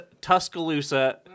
Tuscaloosa